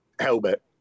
helmet